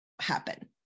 happen